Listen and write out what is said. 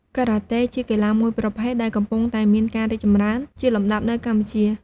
ការ៉ាតេ ជាកីឡាមួយប្រភេទដែលកំពុងតែមានការរីកចម្រើនជាលំដាប់នៅកម្ពុជា។